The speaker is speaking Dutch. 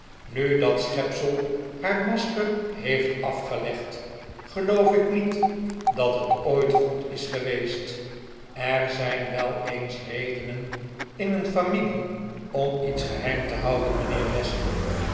nu dat schepsel haar masker heeft afgelegd geloof ik niet dat het ooit goed is geweest er zijn wel eens redenen in een familie om iets geheim te houden mijnheer westlock